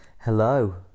Hello